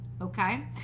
Okay